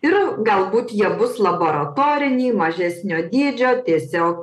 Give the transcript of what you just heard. ir galbūt jie bus laboratoriniai mažesnio dydžio tiesiog